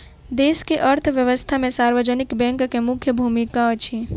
देश के अर्थव्यवस्था में सार्वजनिक बैंक के मुख्य भूमिका अछि